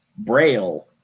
Braille